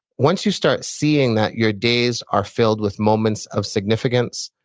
once you start seeing that your days are filled with moments of significance,